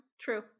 True